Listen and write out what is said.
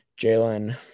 Jalen